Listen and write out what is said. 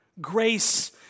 Grace